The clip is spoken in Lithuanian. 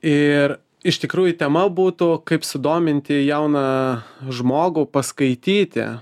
ir iš tikrųjų tema būtų kaip sudominti jauną žmogų paskaityti